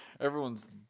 everyone's